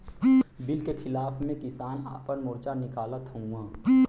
bill के खिलाफ़ में किसान आपन मोर्चा निकालत हउवन